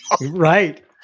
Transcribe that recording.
Right